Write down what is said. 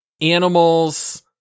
animals